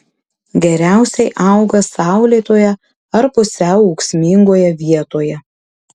geriausiai auga saulėtoje ar pusiau ūksmingoje vietoje